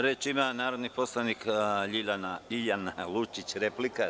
Reč ima narodni poslanik Ljiljana Lučić, replika.